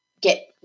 get